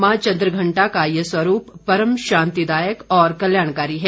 मां चंद्रघंटा का ये स्वरूप परम शांतिदायक और कल्याणकारी है